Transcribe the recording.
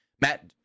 Matt